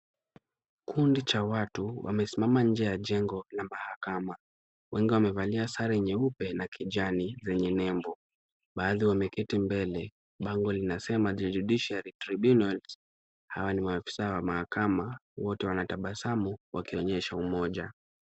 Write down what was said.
Kikundi cha watu wamesimama nje ya jengoya mahakama wengi wamevalia sare nyeupe na kijani yenye nembo bali wameketi bango linasema The judiciary tribunals .Hawa ni maafisa wa mahakama wote wanatabasamu wakionyesha umoja.